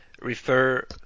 refer